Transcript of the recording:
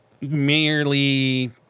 merely